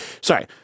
Sorry